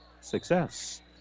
success